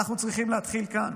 אנחנו צריכים להתחיל כאן